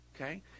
Okay